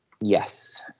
Yes